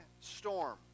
storm